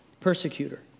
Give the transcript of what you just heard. persecutor